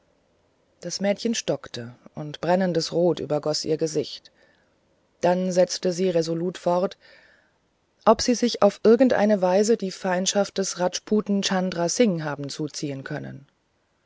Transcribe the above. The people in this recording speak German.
das mädchen stockte und brennendes rot übergoß ihr gesicht dann setzte sie resolut fort ob sie sich auf irgendeine weise die feindschaft des rajputen chandra singh haben zuziehen können